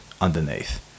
underneath